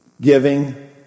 giving